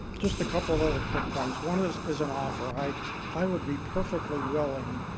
just a couple other quick points, one is is an offer. i i would be perfectly willing